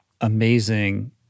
amazing